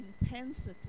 intensity